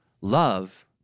Love